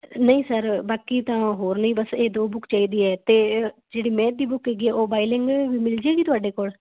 ਨਹੀਂ ਸਰ ਬਾਕੀ ਤਾਂ ਹੋਰ ਨਹੀਂ ਬਸ ਇਹ ਦੋ ਬੁੱਕ ਚਾਹੀਦੀ ਹੈ ਅਤੇ ਜਿਹੜੀ ਮੈਥ ਦੀ ਬੁੱਕ ਹੈਗੀ ਉਹ ਬਾਏਲੈਗੁਏਜ ਮਿਲ ਜਾਵੇਗੀ ਤੁਹਾਡੇ ਕੋਲ